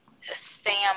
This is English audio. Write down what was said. family